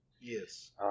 Yes